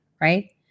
right